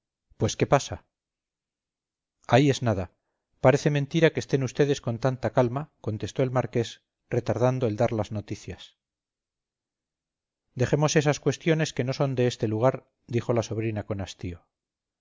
pues qué pasa ahí es nada parece mentira que estén ustedes con tanta calma contestó el marqués retardando el dar las noticias dejemos esas cuestiones que no son de este lugar dijo la sobrina con hastío